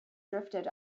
drifted